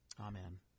Amen